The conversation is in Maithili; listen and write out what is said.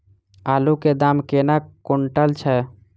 आलु केँ दाम केना कुनटल छैय?